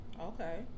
Okay